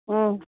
ꯎꯝ